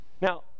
Now